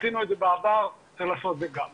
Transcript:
עשינו את זה בעבר וצריך לעשות זאת גם עתה.